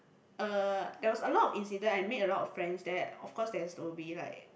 uh there was a lot of incident I made a lot of friends there of course there's will be like